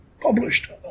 published